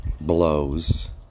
blows